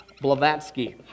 Blavatsky